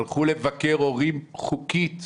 הלכו לבקר הורים חוקית.